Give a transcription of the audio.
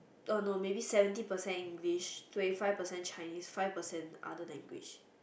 er no maybe seventy percent English twenty five percent Chinese five percent other language